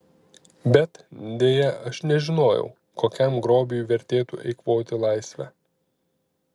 bet deja aš nežinojau kokiam grobiui vertėtų eikvoti laisvę